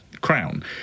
Crown